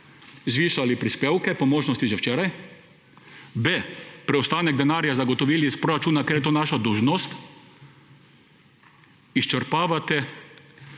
zvišali prispevke, po možnosti že včeraj, b, preostanek denarja zagotovili iz proračuna, ker je to naša dolžnost. Izčrpavate